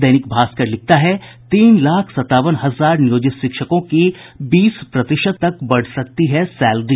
दैनिक भास्कर लिखता है तीन लाख सत्तावन हजार नियोजित शिक्षकों की बीस प्रतिशत तक बढ़ सकती है सैलरी